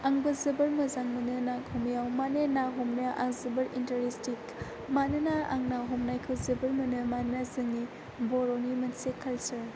आंबो जोबोर मोजां मोनो ना हमनायाव माने ना हमनायाव आं जोबोर इन्टारेस्टेड मानोना आं ना हमनायखौ जोबोर मोनो मानोना जोंनि बर'नि मोनसे काल्चार